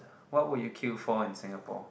what would you queue for in Singapore